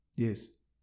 Yes